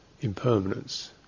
impermanence